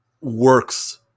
works